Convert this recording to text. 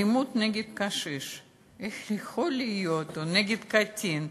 אלימות נגד קשיש או נגד קטין,